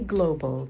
Global